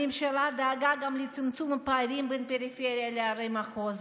הממשלה דאגה גם לצמצום הפערים בין הפריפריה לערי מחוז,